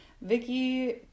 Vicky